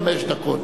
חמש דקות.